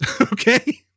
Okay